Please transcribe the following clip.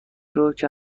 روکه